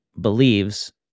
believes